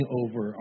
over